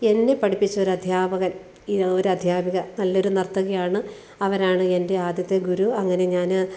എന്നെ പഠിപ്പിച്ച ഒരദ്ധ്യാപകൻ ഒരദ്ധ്യാപിക നല്ലൊരു നർത്തകിയാണ് അവരാണ് എൻ്റെ ആദ്യത്തെ ഗുരു അങ്ങനെ ഞാന്